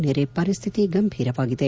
ನೆರೆ ಪರಿಸ್ಥಿತಿ ಗಂಭೀರವಾಗಿದೆ